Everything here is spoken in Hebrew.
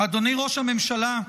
אדוני ראש הממשלה,